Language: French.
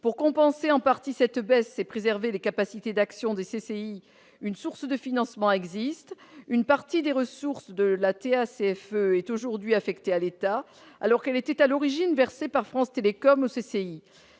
Pour compenser en partie cette baisse et préserver les capacités d'action des CCI, une source de financement existe, puisqu'une partie des ressources de la TACFE est aujourd'hui affectée à l'État, alors qu'elle était à l'origine versée par France Télécom aux CCI.